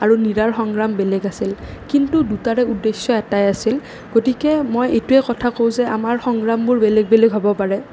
আৰু মীৰাৰ সংগ্ৰাম বেলেগ আছিল কিন্তু দুটাৰে উদ্দেশ্য এটাই আছিল গতিকে মই এইটোৱেই কথা কওঁ যে আমাৰ সংগ্ৰামবোৰ বেলেগ বেলেগ হ'ব পাৰে